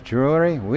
Jewelry